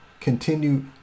continue